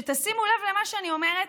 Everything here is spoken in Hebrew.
שימו לב למה שאני אומרת: